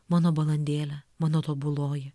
mano balandėle mano tobuloji